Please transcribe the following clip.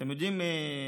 אתם יודעים,